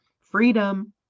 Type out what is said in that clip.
freedom